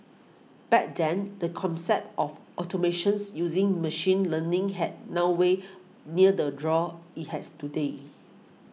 back then the concept of automations using machine learning had noway near the draw it has today